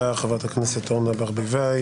חבר הכנסת יואב סגלוביץ',